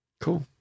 Cool